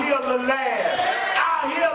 do you